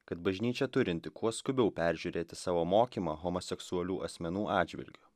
kad bažnyčia turinti kuo skubiau peržiūrėti savo mokymą homoseksualių asmenų atžvilgiu